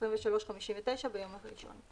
23:59 ביום ראשון,"